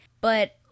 But-